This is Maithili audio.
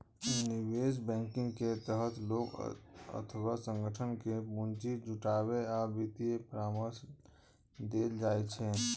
निवेश बैंकिंग के तहत लोग अथवा संगठन कें पूंजी जुटाबै आ वित्तीय परामर्श देल जाइ छै